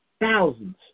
thousands